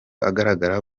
agaragara